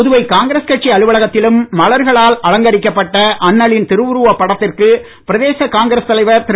புதுவை காங்கிரஸ் கட்சி அலுவலகத்திலும் மலர்களால் அலங்கரிக்கப்பட்ட அண்ணலின் திருவுருவப் படத்திற்கு பிரதேச காங்கிரஸ் தலைவர் திரு